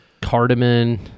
cardamom